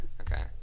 Okay